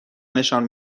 نشان